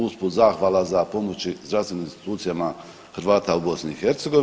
Usput zahvala za pomoći zdravstvenim institucijama Hrvata u BiH.